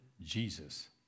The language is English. Jesus